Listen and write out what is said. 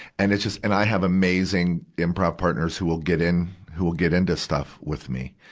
and it's just, and i have amazing improve partners who will get in, who will get into stuff with me.